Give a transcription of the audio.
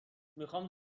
میخام